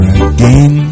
again